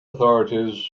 authorities